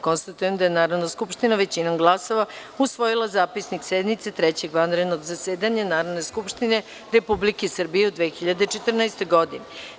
Konstatujem da je Narodna skupština većinom glasova usvojila Zapisnik sednice Trećeg vanrednog zasedanja Narodne skupštine Republike Srbije u 2014. godini.